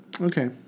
Okay